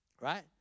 Right